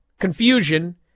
confusion